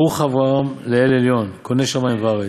ברוך אברם לאל עליון קונה שמים וארץ'.